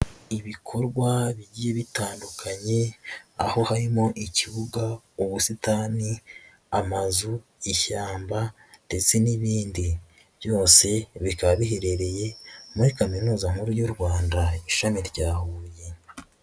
Ibikorwa bigiye bitandukanye, aho harimo ikibuga, ubusitani, amazu, ishyamba ndetse n'ibindi byose, bikaba biherereye muri kaminuza nkuru y'u Rwanda Ishami rya Huye.